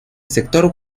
sector